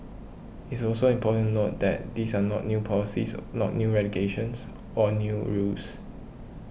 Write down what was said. it's also important note that these are not new policies not new or new rules